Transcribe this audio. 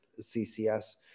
CCS